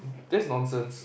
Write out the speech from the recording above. that's nonsense